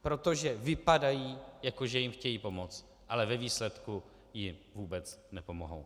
Protože vypadají, jako že jim chtějí pomoct, ale ve výsledku jim vůbec nepomohou.